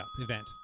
event